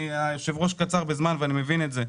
היושב-ראש קצר בזמן ואני מבין את זה,